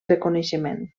reconeixement